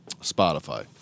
Spotify